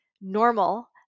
normal